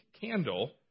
candle